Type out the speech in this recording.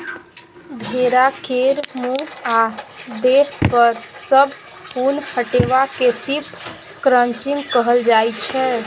भेड़ा केर मुँह आ देह पर सँ उन हटेबा केँ शिप क्रंचिंग कहल जाइ छै